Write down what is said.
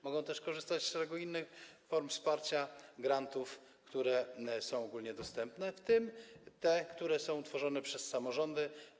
Mogą też korzystać z szeregu innych form wsparcia, z grantów, które są ogólnie dostępne, w tym tych, które są przyznawane przez samorządy.